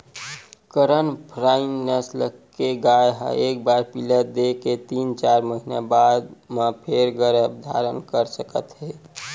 करन फ्राइ नसल के गाय ह एक बार पिला दे के तीन, चार महिना बाद म फेर गरभ धारन कर सकत हे